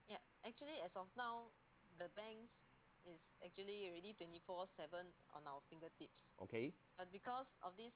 okay